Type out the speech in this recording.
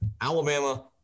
Alabama